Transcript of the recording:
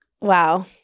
Wow